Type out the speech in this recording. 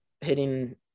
hitting